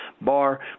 bar